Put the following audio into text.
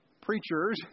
preachers